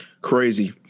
crazy